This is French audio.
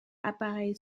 appareil